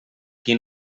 qui